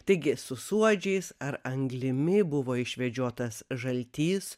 taigi su suodžiais ar anglimi buvo išvedžiotas žaltys